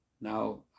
now